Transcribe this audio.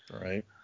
Right